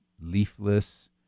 Leafless